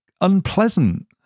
unpleasant